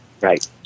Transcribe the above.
Right